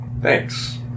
Thanks